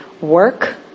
work